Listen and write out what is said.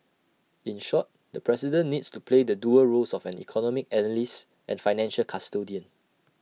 in short the president needs to play the dual roles of an economic analyst and financial custodian